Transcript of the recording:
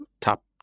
top